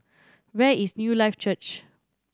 where is Newlife Church